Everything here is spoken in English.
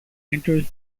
enters